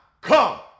come